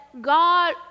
God